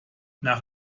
nach